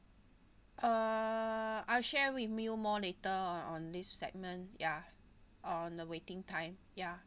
uh I'll share with you more later on on this segment ya on the waiting time ya